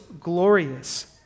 Glorious